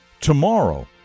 tomorrow